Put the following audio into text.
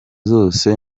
zose